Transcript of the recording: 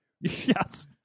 Yes